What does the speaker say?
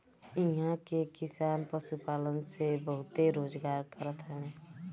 इहां के किसान पशुपालन से बहुते रोजगार करत हवे